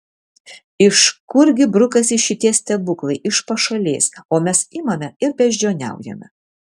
iš kurgi brukasi šitie stebuklai iš pašalės o mes imame ir beždžioniaujame